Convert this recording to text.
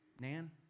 Nan